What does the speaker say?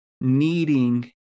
needing